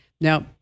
Now